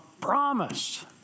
promise